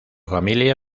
familia